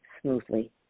smoothly